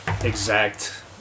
exact